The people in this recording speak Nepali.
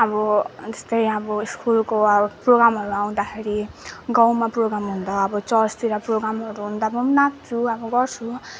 अब त्यस्तै अब स्कुलको अब प्रोगामहरू आउँदाखेरि गाउँमा प्रोगाम हुँदा अब चर्चतिर प्रोगामहरू हुँदा म पनि नाच्छु अब गर्छु